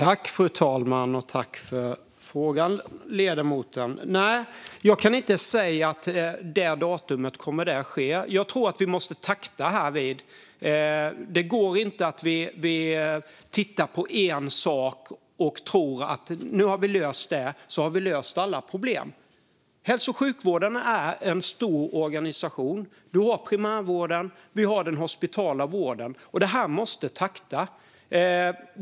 Fru talman! Tack, ledamoten, för frågan! Jag kan inte säga något datum för när detta kommer att ske. Jag tror att vi måste takta här. Vi kan inte titta på en sak och tro att vi har löst alla problem. Hälso och sjukvården är en stor organisation. Vi har primärvården och den hospitala vården. Detta måste takta.